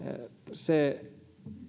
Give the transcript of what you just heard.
se